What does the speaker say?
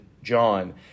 John